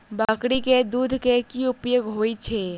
बकरी केँ दुध केँ की उपयोग होइ छै?